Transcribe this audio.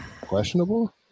Questionable